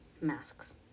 masks